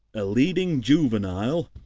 a leading juvenile,